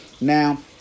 Now